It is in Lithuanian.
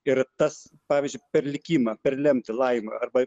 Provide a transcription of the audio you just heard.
ir tas pavyzdžiui per likimą per lemtį laimę arba